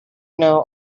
know